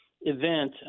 event